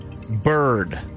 bird